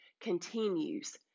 continues